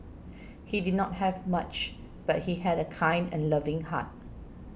he did not have much but he had a kind and loving heart